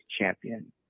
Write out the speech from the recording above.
champion